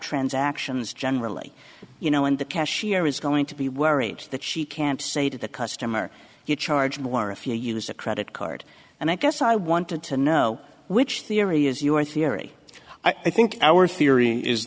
transactions generally you know in the cashier is going to be worried that she can't say to the customer you charge more if you use a credit card and i guess i wanted to know which theory is your theory i think our theory is